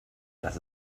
das